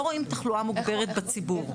לא רואים תחלואה מוגברת בציבור.